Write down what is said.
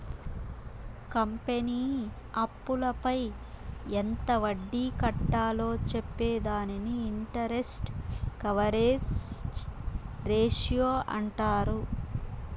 company అప్పులపై ఎంత వడ్డీ కట్టాలో చెప్పే దానిని ఇంటరెస్ట్ కవరేజ్ రేషియో అంటారు